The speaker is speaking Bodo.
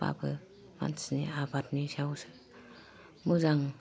बाबो मानसिनि आबादनि सायावसो मोजां